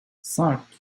cinq